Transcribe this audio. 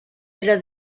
era